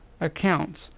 accounts